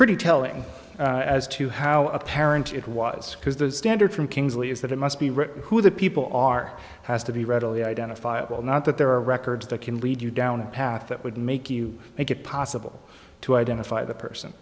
pretty telling as to how apparent it was because the standard from kingsley is that it must be written who the people are has to be readily identifiable not that there are records that can lead you down a path that would make you make it possible to identify the person